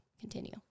continue